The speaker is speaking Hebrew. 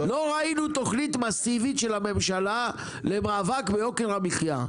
לא ראינו תכנית מסיבית של הממשלה למאבק ביוקר המחיה.